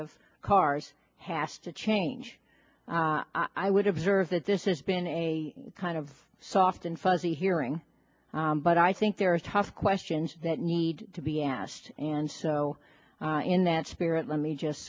of cars has to change i would observe that this is been a kind of soft and fuzzy hearing but i think there are tough questions that need to be asked and so in that spirit let me just